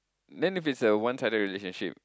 then if it's a one sided relationship